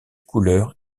couleurs